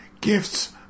gifts